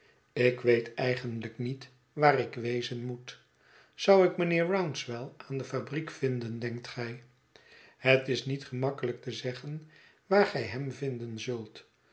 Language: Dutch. ik weet eigenlijk niet waar ik wezen moet zou ik mijnheer rouncewell aan de fabriek vinden denkt gij het is niet gemakkelijk te zeggen waar gij hem vinden zult